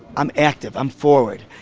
i'm active, i'm forward.